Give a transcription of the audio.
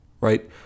right